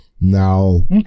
Now